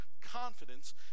confidence